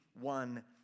one